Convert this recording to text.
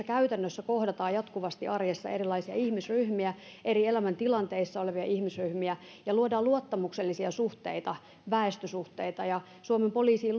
käytännössä kohdataan jatkuvasti arjessa erilaisia ihmisryhmiä eri elämäntilanteissa olevia ihmisryhmiä ja luodaan luottamuksellisia suhteita väestösuhteita suomen poliisiin